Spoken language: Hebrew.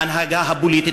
ההנהגה הפוליטית,